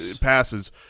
passes